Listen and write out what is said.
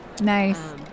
Nice